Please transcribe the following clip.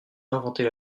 inventer